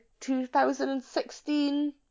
2016